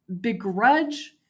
begrudge